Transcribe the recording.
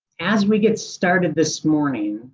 as we get started this morning.